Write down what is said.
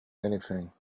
anything